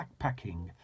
backpacking